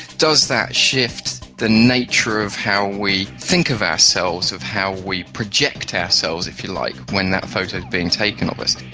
does that shift the nature of how we think of ourselves, of how we project ourselves, if you like, when that photo is being taken of us.